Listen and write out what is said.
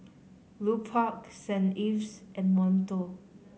Lupark Saint Ives and Monto